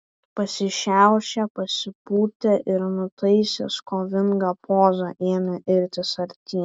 pasišiaušė pasipūtė ir nutaisęs kovingą pozą ėmė irtis artyn